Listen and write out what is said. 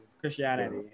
Christianity